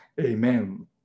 Amen